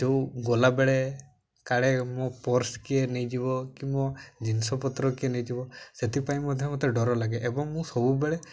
ଯେଉଁ ଗଲାବେଳେ କାଳେ ମୋ ପର୍ସ କିଏ ନେଇଯିବ କି ମୋ ଜିନିଷପତ୍ର କିଏ ନେଇଯିବ ସେଥିପାଇଁ ମଧ୍ୟ ମତେ ଡର ଲାଗେ ଏବଂ ମୁଁ ସବୁବେଳେ